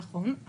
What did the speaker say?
נכון,